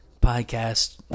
podcast